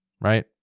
right